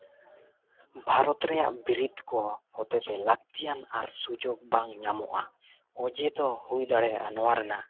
ᱵᱷᱟᱨᱚᱛ ᱨᱮᱭᱟᱜ ᱵᱤᱨᱤᱫᱽ ᱠᱚ ᱦᱚᱛᱮᱛᱮ ᱞᱟᱹᱠᱛᱤᱭᱟᱱ ᱟᱨ ᱥᱩᱡᱳᱜᱽ ᱵᱟᱝ ᱧᱟᱢᱚᱜᱼᱟ ᱚᱡᱮ ᱫᱚ ᱦᱩᱭ ᱫᱟᱲᱮᱭᱟᱜᱼᱟ ᱱᱚᱣᱟ ᱨᱮᱱᱟᱜ